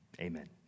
Amen